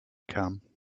come